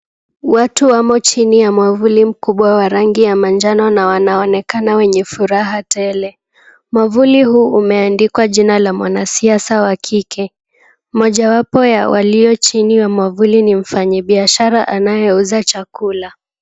Watu wamo chini ya mwavuli mkubwa wa rangi ya manjano na wanaonekana wenye furaha tele. Mwavuli huu umeandikwa jina la mwanasiasa wa kike. Mojawapo ya walio chini ya mwavuli ni mfanyibiashara anayeuza chakula.